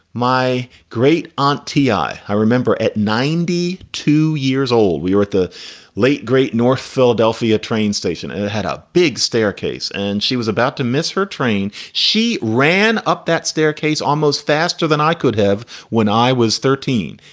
my great aunt t'ai i i remember at ninety two years old, we were at the late, great north philadelphia train station and had a big staircase and she was about to miss her train. she ran up that staircase almost faster than i could have when i was thirteen.